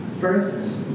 First